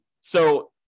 so-